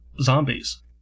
zombies